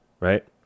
right